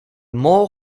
mol